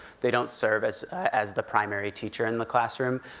they don't serve as as the primary teacher in the classroom,